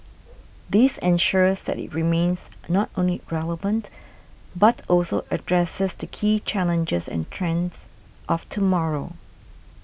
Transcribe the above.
this ensures that it remains not only relevant but also addresses the key challenges and trends of tomorrow